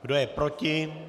Kdo je proti?